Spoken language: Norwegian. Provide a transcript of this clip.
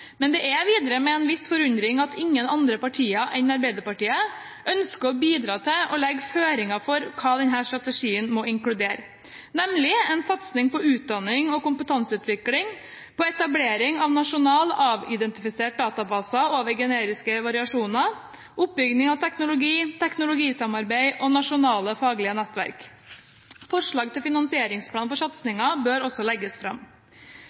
Men det er videre med en viss forundring jeg registrerer at ingen andre partier enn Arbeiderpartiet ønsker å bidra til å legge føringer for hva denne strategien må inkludere, nemlig en satsing på utdanning og kompetanseutvikling, på etablering av nasjonal, avidentifisert database over genetiske variasjoner, oppbygging av teknologi, teknologisamarbeid og nasjonale faglige nettverk. Forslag til finansieringsplan for satsingen bør også legges fram.